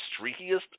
streakiest